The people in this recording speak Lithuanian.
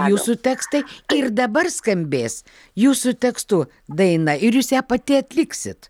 jūsų tekstai ir dabar skambės jūsų tekstu daina ir jūs ją pati atliksit